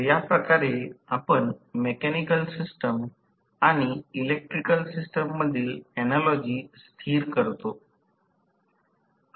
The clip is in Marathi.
तर या प्रकारे आपण मेकॅनिकल सिस्टम आणि इलेक्ट्रिकल सिस्टम मधील ऍनालॉजी स्थिर करतो